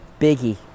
Biggie